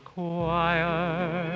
choir